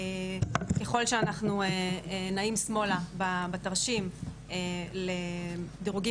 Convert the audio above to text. ככל שאנחנו נעים שמאלה בתרשים לדירוגים